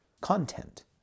content